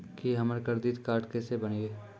की हमर credit card केसे बनिये?